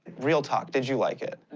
real talk. did you like it? and